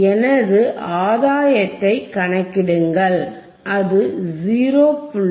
எனது ஆதாயத்தைக் கணக்கிடுங்கள் அது 0